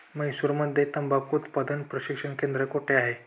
म्हैसूरमध्ये तंबाखू उत्पादन प्रशिक्षण केंद्र कोठे आहे?